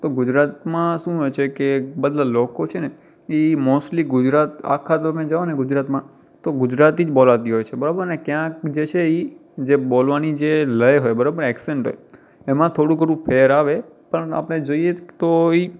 તો ગુજરાતમાં શું હોય છે કે બધા લોકો છે ને એ મોસ્ટલી ગુજરાત આખા તમે જાઓ ને ગુજરાતમાં તો ગુજરાતી જ બોલાતી હોય છે બરાબરને ક્યાંક જે છે એ જે બોલવાની જે લય હોય બરાબર ઍકસેન્ટ હોય એમાં થોડું ઘણું ફેર આવે પણ આપણે જોઈએ તો એ